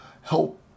help